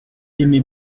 aimé